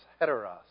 heteros